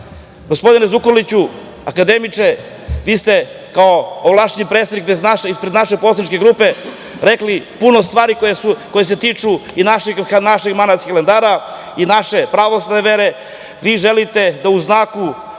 vera. Gospodine Zukorliću, akademiče, vi se kao ovlašćeni predstavnik ispred naše poslaničke grupe rekli puno stvari koje se tiču i našeg manastira Hilandara i naše pravoslavne vere. Vi želite da u znaku